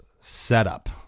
setup